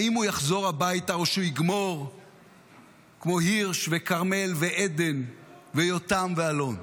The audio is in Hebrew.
האם הוא יחזור הביתה או שהוא יגמור כמו הירש וכרמל ועדן ויותם ואלון?